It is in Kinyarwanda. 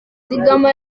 zigama